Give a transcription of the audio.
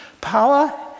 Power